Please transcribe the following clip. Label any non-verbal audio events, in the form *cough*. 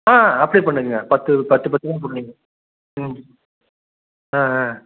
ஆ அப்படியே பண்ணிக்கோங்க பத்து பத்து *unintelligible* ம் ஆ ஆ